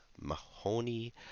Mahoney